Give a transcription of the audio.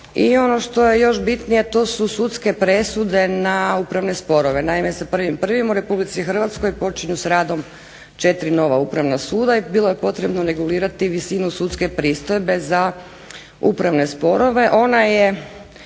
I ono što je još bitnije to su sudske presude na upravne sporove. Naime, sa 1.1. u RH počinju sa radom 4 nova Upravna suda i bilo je potrebno regulirati visinu sudske pristojbe za upravne sporove.